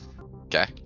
Okay